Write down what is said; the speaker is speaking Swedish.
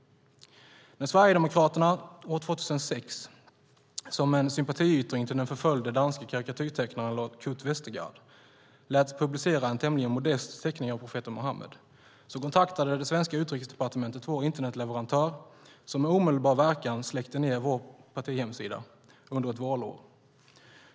När Sverigedemokraterna 2006, som en sympatiyttring till den förföljde danske karikatyrtecknaren Kurt Westergaard, lät publicera en tämligen modest teckning av profeten Muhammed kontaktade det svenska Utrikesdepartementet vår internetleverantör, som med omedelbar verkan släckte ned vårt partis hemsida under ett valår.